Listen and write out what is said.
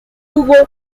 hugo